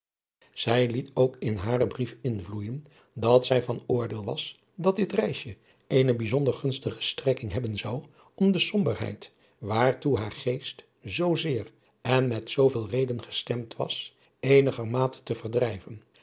zij liet ook in haren brief invloeijen dat zij van oordeel was dat dit reisje eene bijzonder gunstige strekking hebben zou om de somberheid waartoe haar geest zoo zeer en met zooveel reden gestemd was eenigermate te verdrijven